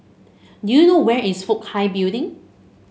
do you know where is Fook Hai Building